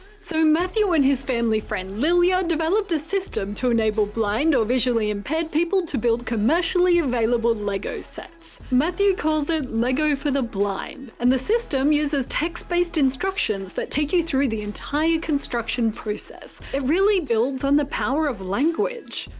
so matthew and his family friend lilya developed a system to enable blind or visually impaired people to build commercially available lego sets. matthew calls it lego for the blind, and the system uses text-based instructions that take you through the entire construction process it really builds on the power of language.